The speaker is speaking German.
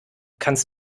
kannst